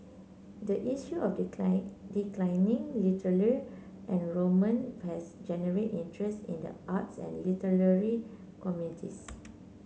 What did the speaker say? the issue of decline declining literal enrollment has generate interest in the arts and literary communities